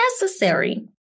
necessary